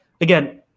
again